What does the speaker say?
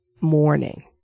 morning